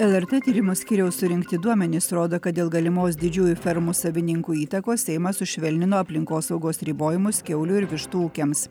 lrt tyrimų skyriaus surinkti duomenys rodo kad dėl galimos didžiųjų fermų savininkų įtakos seimas sušvelnino aplinkosaugos ribojimus kiaulių ir vištų ūkiams